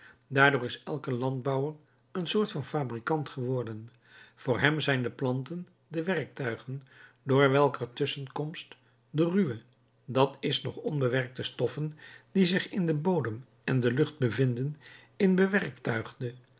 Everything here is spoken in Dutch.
daardoor is elk landbouwer een soort van fabrikant geworden voor hem zijn de planten de werktuigen door welker tusschenkomst de ruwe d i nog onbewerktuigde stoffen die zich in den bodem en de lucht bevinden in bewerktuigde